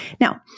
Now